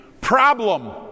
problem